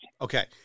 Okay